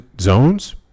zones